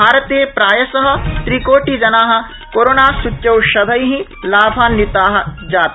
भारते प्रायश त्रिकोटिजना कोरोनासूच्यौषधै लाभन्विता जाता